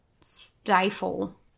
stifle